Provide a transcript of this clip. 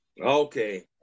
Okay